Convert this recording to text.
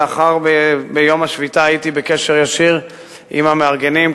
ביום השביתה הייתי בקשר ישיר עם המארגנים,